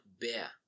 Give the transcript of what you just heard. bear